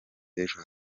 b’ejo